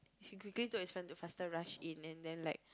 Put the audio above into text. he quickly told his friend to faster rush in and then like